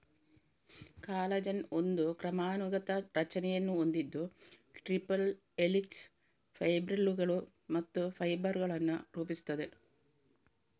collagen ಒಂದು ಕ್ರಮಾನುಗತ ರಚನೆಯನ್ನು ಹೊಂದಿದ್ದು ಟ್ರಿಪಲ್ ಹೆಲಿಕ್ಸ್, ಫೈಬ್ರಿಲ್ಲುಗಳು ಮತ್ತು ಫೈಬರ್ ಗಳನ್ನು ರೂಪಿಸುತ್ತದೆ